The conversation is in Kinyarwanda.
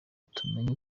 tumenye